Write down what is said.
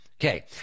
Okay